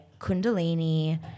kundalini